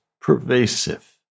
pervasive